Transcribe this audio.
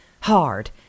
Hard